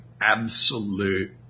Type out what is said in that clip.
absolute